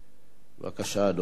בבקשה, אדוני.